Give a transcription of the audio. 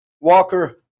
Walker